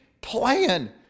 plan